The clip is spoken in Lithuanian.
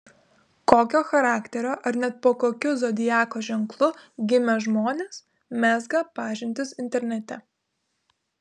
kokio charakterio ar net po kokiu zodiako ženklu gimę žmonės mezga pažintis internete